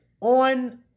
on